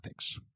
graphics